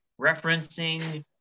referencing